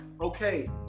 okay